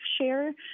share